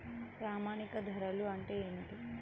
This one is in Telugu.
ప్రామాణిక ధరలు అంటే ఏమిటీ?